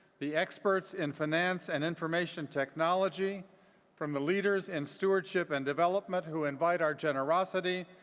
the experts in finance and information technology from the leaders in stewardship and development who invite our generosity,